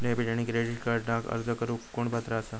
Debit आणि credit कार्डक अर्ज करुक कोण पात्र आसा?